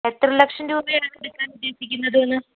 എത്ര ലക്ഷം രൂപയാണ് എടുക്കാന് ഉദ്ദേശിക്കുന്നത് എന്ന്